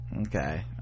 okay